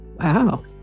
Wow